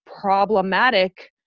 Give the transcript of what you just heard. problematic